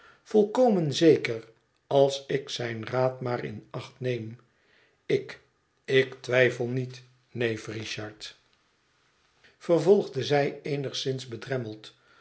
volkomen zeker als ik zijn raad maar in acht neem ik ik twijfel niet neef richard vervolgde zij